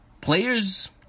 Players